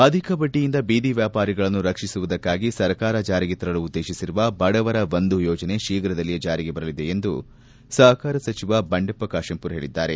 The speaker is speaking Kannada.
ಅಧಿಕ ಬಡ್ಡಿಯಿಂದ ಬೀದಿ ವ್ಯಾಪಾರಿಗಳನ್ನು ರಕ್ಷಿಸುವುದಕ್ಕಾಗಿ ಸರ್ಕಾರ ಜಾರಿಗೆ ತರಲು ಉದ್ದೇಶಿಸಿರುವ ಬಡವರ ಬಂಧು ಯೋಜನೆ ಶೀಘ್ರದಲ್ಲಿಯೇ ಚಾರಿಗೆ ಬರಲಿದೆ ಎಂದು ಎಂದು ಸಹಕಾರ ಸಚಿವ ಬಂಡೆಪ್ಪ ಕಾಶೆಂಪೂರ್ ಹೇಳಿದ್ದಾರೆ